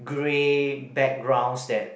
great backgrounds that